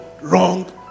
wrong